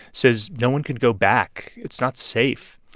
says no one can go back. it's not safe.